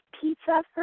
pizza